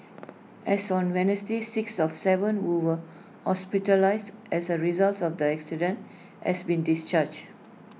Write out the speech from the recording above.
as on Wednesday six of Seven who were hospitalised as A result of the accident has been discharged